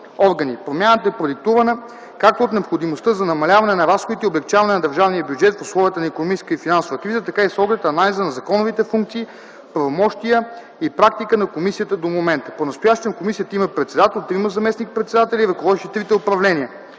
органи. Промяната е продиктувана както от необходимостта за намаляване на разходите и облекчаване на държавния бюджет в условията на икономическа и финансова криза, така и с оглед анализа на законовите функции, правомощия и практиката на комисията до момента. Понастоящем комисията има председател, трима заместник-председатели, ръководещи трите управления